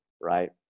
right